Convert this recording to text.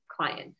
clients